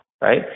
right